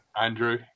Andrew